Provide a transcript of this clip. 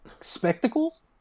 spectacles